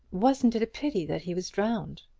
wasn't it a pity that he was drowned?